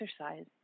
exercise